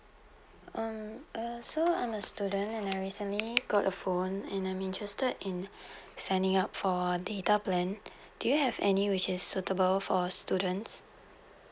mm uh so I'm a student and I recently got a phone and I'm interested in signing up for data plan do you have any which is suitable for students